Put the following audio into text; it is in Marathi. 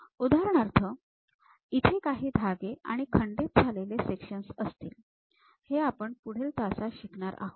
उदाहरणार्थ इथे काही धागे आणि खंडित झालेले सेक्शन्स असतील हे आपण पुढील तासात शिकणार आहोत